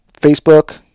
Facebook